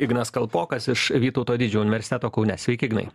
ignas kalpokas iš vytauto didžiojo universiteto kaune sveiki ignai